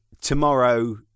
tomorrow